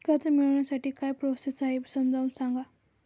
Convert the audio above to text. कर्ज मिळविण्यासाठी काय प्रोसेस आहे समजावून सांगा